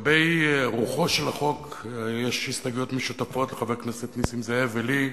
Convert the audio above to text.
ולגבי רוחו של החוק יש הסתייגויות משותפות לחבר הכנסת נסים זאב ולי,